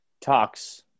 talks